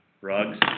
Rugs